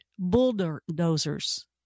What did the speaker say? Bulldozers